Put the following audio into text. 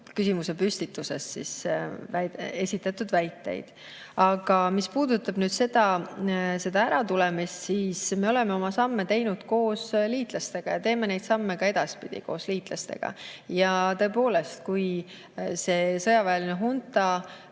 küsimusepüstituses esitatud väiteid. Aga mis puudutab [Malist] äratulemist, siis me oleme oma samme teinud koos liitlastega ja teeme neid samme ka edaspidi koos liitlastega. Tõepoolest, kui see sõjaväeline hunta